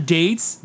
dates